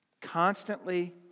constantly